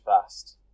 fast